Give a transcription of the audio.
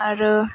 आरो